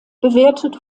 bewertet